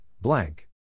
blank